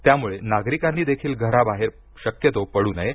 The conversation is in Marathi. त्यामुळे नागरिकांनी देखील घराबाहेर शक्यतो पडू नये